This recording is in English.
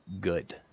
good